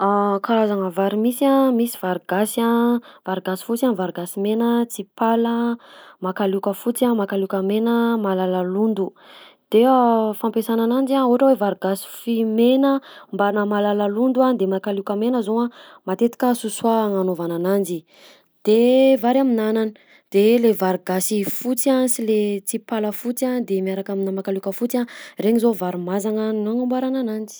Karazagna vary misy a: misy vary gasy a, vary gasy fosy a, vary gasy mena, tsipala, makalioka fotsy a, makalioka mena, malalalondo. De fampiasana ananjy ohatra hoe vary gasy fi- mena mbanà malalalondo a de makalioka mena zao a matetika sosoa agnanaovana ananjy de vary amin'anana; de le vary gasy fotsy a sy le tsipala fotsy a de miaraka aminà makalioka fotsy a, regny zao vary mazagna no agnamboarana ananjy.